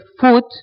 food